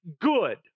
good